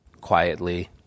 quietly